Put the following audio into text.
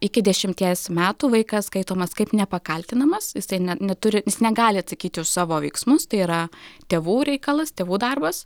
iki dešimties metų vaikas skaitomas kaip nepakaltinamas jisai ne neturi jis negali atsakyti už savo veiksmus tai yra tėvų reikalas tėvų darbas